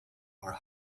are